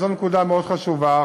וזו נקודה מאוד חשובה,